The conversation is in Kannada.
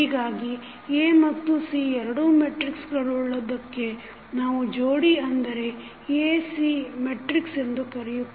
ಹೀಗಾಗಿ A ಮತ್ತು C ಎರಡು ಮೆಟ್ರಿಕ್ಸಗಳುಳ್ಳದುದಕ್ಕೆ ನಾವು ಜೋಡಿ ಅಂದರೆ A C ಎಂದು ಕರೆಯುತ್ತೇವೆ